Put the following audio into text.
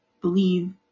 believe